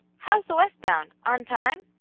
how's the west-bound on time?